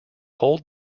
hold